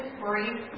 brief